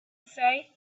say